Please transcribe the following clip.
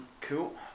Cool